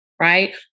Right